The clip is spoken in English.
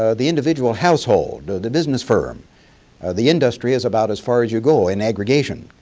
ah the individual household, the business firm the industry is about as far as you go in aggregation.